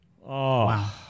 Wow